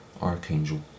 Archangel